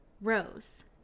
Rose